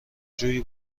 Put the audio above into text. جویی